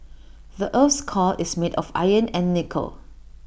the Earth's core is made of iron and nickel